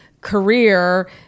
career